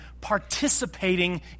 participating